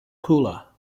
cooler